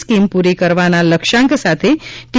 scheme પુરી કરવાના લક્ષ્યાંક સાથે ટી